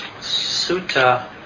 sutta